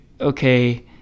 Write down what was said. okay